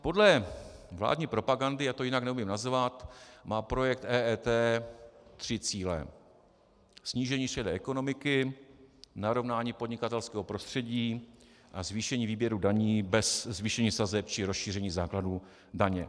Podle vládní propagandy, já to neumím jinak nazvat, má projekt EET tři cíle: snížení šedé ekonomiky, narovnání podnikatelského prostředí a zvýšení výběru daní bez zvýšení sazeb či rozšíření základů daně.